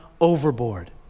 overboard